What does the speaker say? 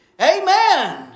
Amen